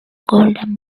golden